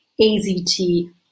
AZT